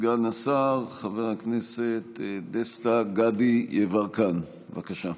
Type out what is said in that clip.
סגן השר חבר הכנסת דסטה גדי יברקן, בבקשה.